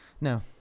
No